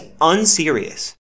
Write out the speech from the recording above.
unserious